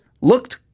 looked